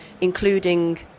including